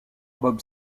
bob